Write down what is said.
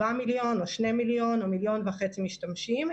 מיליון או 2 מיליון או מיליון וחצי משתמשים,